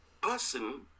person